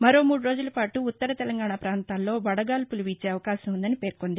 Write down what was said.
మరో మూడు రోజులపాటు ఉత్తర తెలంగాణ ప్రాంతాల్లో వడగాల్పులు వీచే అవకాశం ఉందని పేర్కొంది